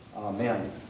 Amen